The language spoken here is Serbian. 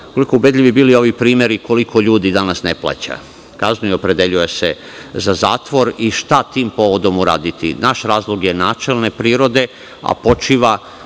koliko ubedljivi bili ovi primeri koliko ljudi danas ne plaća kaznu i opredeljuje se za zatvor i šta tim povodom uraditi. Naš razlog je načelne prirode, a počiva